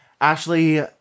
Ashley